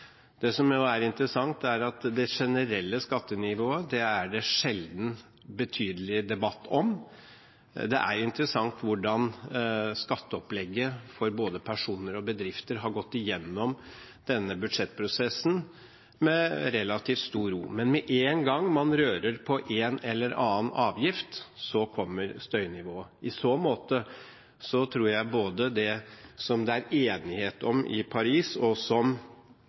Det som er interessant, er at det generelle skattenivået er det sjelden betydelig debatt om. Det er interessant hvordan skatteopplegget for både personer og bedrifter har gått gjennom denne budsjettprosessen med relativt stor ro, men med en gang man rører på en eller annen avgift, kommer støynivået. I så måte tror jeg både det som det er enighet om i Paris, og som